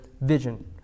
vision